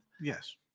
Yes